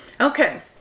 Okay